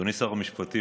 אדוני שר המשפטים,